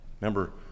remember